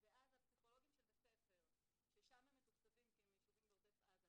ואז הפסיכולוגים של בית ספר ששם הם מתוקצבים כי הם מיישובים בעוטף עזה,